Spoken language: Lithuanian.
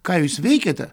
ką jūs veikiate